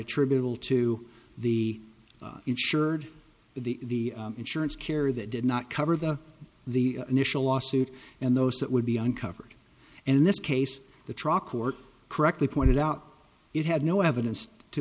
attributable to the insured the insurance carrier that did not cover the the initial lawsuit and those that would be uncovered and in this case the truck court correctly pointed out it had no evidence to